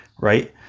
right